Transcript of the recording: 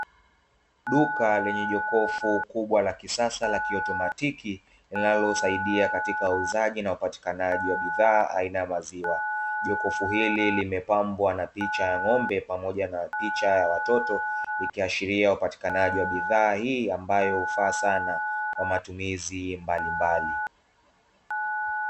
Duka lenye jokofu kubwa la kisasa la kiautomatiki linalosaidia katika uuzaji na upatikanaji wa bidhaa aina ya maziwa. Jokofu hili limepambwa na picha ya ng'ombe pamoja na picha ya watoto likiashiria upatikanaji wa bidhaa hii ambayo hufaa sana kwa matumizi mbalimbali.